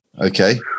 Okay